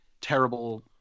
terrible